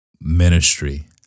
ministry